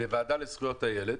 בוועדה לזכויות הילד